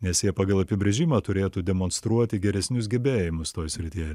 nes jie pagal apibrėžimą turėtų demonstruoti geresnius gebėjimus toj srityje